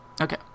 Okay